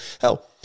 Hell